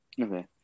Okay